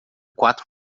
quatro